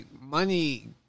money